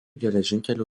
geležinkelio